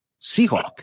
Seahawk